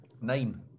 Nine